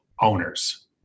owners